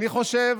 אני חושב